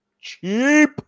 cheap